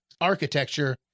architecture